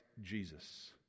Jesus